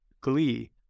glee